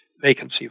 Vacancy